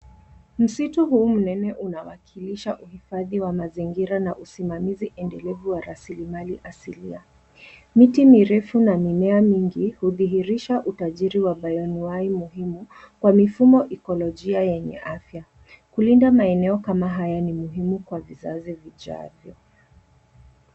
Msitu huu mnene unawakilisha uhifadhi wa mazingira na usimamizi endelevu wa rasilimali asilia. Miti mirefu na mimea mingi hudhihirisha utajiri wa bainuwai muhimu, kwa mifumo ekolojia yenye afya . Kulinda maeneo kama haya ni muhimu kwa vizazi vijavyo.